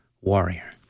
Warrior